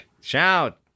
Shout